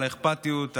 על האכפתיות,